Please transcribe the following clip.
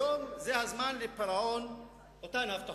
היום זה הזמן לפירעון אותן הבטחות.